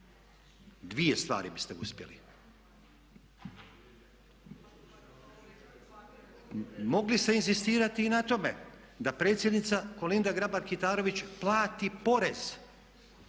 Dvije stvari biste uspjeli. Mogli ste inzistirati i na tome da predsjednica Kolinda Grabar-Kitarović plati porez